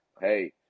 Hey